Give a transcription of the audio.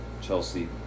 Chelsea